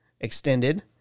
extended